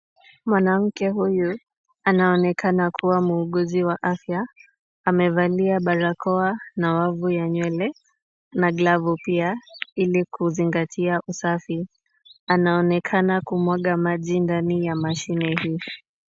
Mwanamke huyu anaonekana kuwa muuguzi wa afya. Amevalia barakoa na wavu ya nywele na glavu pia ili kuzingatia usafi. Anaonekana kumwaga maji ndani ya mashine hii.